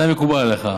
התנאי מקובל עליך.